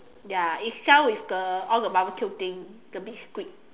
ya it sell with the all the barbecue thing the big squid